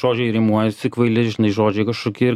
žodžiai rimuojasi kvaili žinai žodžiai kažkokie ir